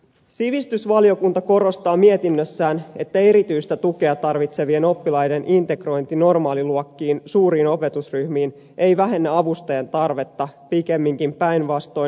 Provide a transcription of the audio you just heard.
sivistysvaliokunta korostaa mietinnössään että erityistä tukea tarvitsevien oppilaiden integrointi normaaliluokkiin suuriin opetusryhmiin ei vähennä avustajan tarvetta pikemminkin päinvastoin